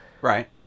right